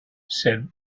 said